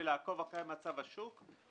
CİMENTAS (טורקיה)